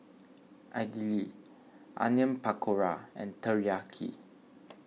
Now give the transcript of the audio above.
Idili Onion Pakora and Teriyaki